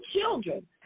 children